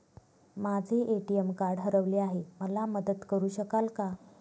माझे ATM card हरवले आहे, मला मदत करु शकाल का?